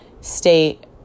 state